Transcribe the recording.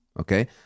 okay